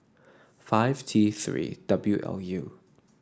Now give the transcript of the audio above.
five T Three W L U